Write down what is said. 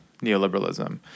neoliberalism